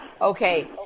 Okay